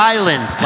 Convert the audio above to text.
Island